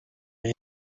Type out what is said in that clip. man